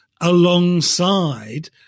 alongside